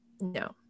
No